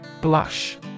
Blush